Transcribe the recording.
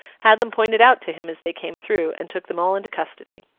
had them pointed out to him as they came through, and took them all into custody.